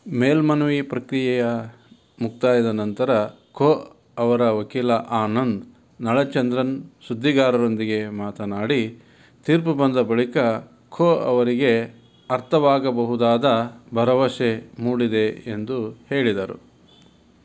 ಮೇಲ್ಮನವಿ ಪ್ರಕ್ರಿಯೆಯ ಮುಕ್ತಾಯದ ನಂತರ ಖೋ ಅವರ ವಕೀಲ ಆನಂದ ನಳಚಂದ್ರನ್ ಸುದ್ದಿಗಾರರೊಂದಿಗೆ ಮಾತನಾಡಿ ತೀರ್ಪು ಬಂದ ಬಳಿಕ ಖೋ ಅವರಿಗೆ ಅರ್ಥವಾಗಬಹುದಾದ ಭರವಸೆ ಮೂಡಿದೆ ಎಂದು ಹೇಳಿದರು